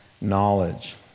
knowledge